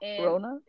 Rona